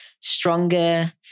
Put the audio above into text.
stronger